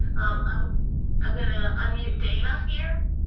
um i'm gonna unmute dana here.